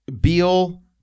Beal